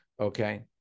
okay